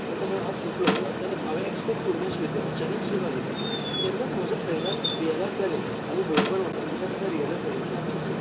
करता करता हात सुटलो म्हणजे अचानक हांवें एक्स्पेक्ट करूंक नाशिल्लें तें अचानक शें जालें तेन्नात म्हज्या फ्रेंडान रियलाइज जालें आमी बरोबर वतालें तेन्ना तेका रियलाइज जालें की आमचेशें